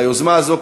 ליוזמה הזאת,